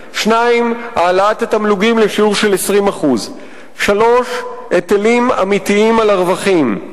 2. העלאת התמלוגים לשיעור של 20%; 3. היטלים אמיתיים על הרווחים,